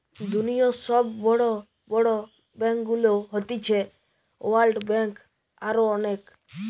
দুনিয়র সব বড় বড় ব্যাংকগুলো হতিছে ওয়ার্ল্ড ব্যাঙ্ক, আরো অনেক